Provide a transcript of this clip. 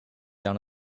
down